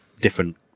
different